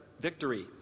victory